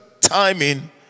timing